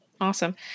Awesome